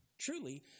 Truly